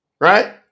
right